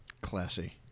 Classy